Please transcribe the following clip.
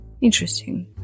Interesting